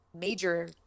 major